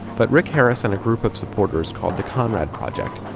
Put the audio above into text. but rick harris and group of supporters called the conrad project,